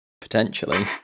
Potentially